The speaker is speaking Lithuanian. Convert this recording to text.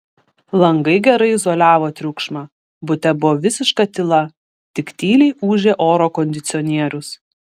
langai gerai izoliavo triukšmą bute buvo visiška tyla tik tyliai ūžė oro kondicionierius